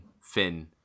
Finn